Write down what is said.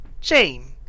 Jane